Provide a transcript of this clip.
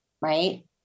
right